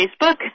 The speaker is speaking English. Facebook